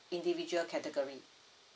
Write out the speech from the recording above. individual category